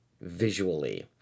visually